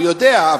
הוא יודע,